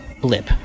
blip